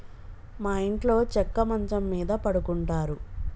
మా ఇంట్లో చెక్క మంచం మీద పడుకుంటారు